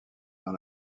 dans